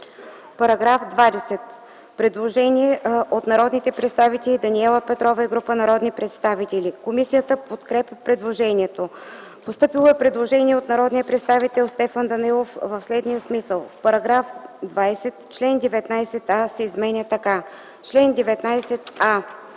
Постъпило е предложение от народния представител Даниела Петрова и група народни представители. Комисията подкрепя предложението. Постъпило е предложение от народния представител Стефан Данаилов в следния смисъл: В § 20, чл. 19а се изменя така: „Член 19а: